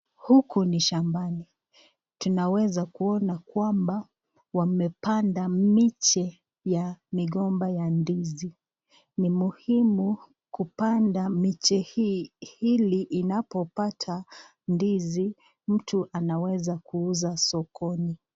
Huku ni shambani , tunaweza kuona kwamba wamepanda miche ya migomba ya ndizi . Ni muhimu kupanda miche hii, ili inapopata ndizi, mtu anaweza kuuza sokoni.